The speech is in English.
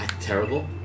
Terrible